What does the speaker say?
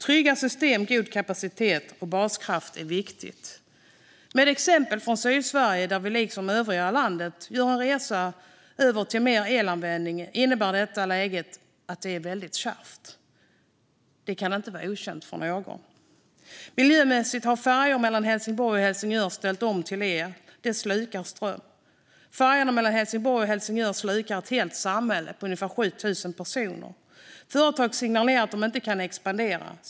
Trygga system och god kapacitet med baskraft är viktigt. I Sydsverige gör vi liksom övriga landet en resa över till mer elanvändning. Det innebär att läget är väldigt kärvt, och det kan inte vara okänt för någon. Miljömässigt har färjor mellan Helsingborg och Helsingör ställt om till el. De slukar ström. Färjorna mellan Helsingborg och Helsingör slukar el motsvarande ett helt samhälle med ungefär 7 000 personer. Företag signalerar att de inte kan expandera.